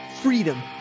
freedom